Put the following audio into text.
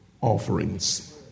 offerings